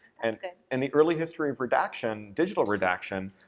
and and the early history of redaction, digital redaction,